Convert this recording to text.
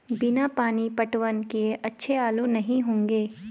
बिना पानी पटवन किए अच्छे आलू नही होंगे